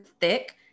thick